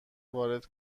وارد